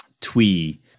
twee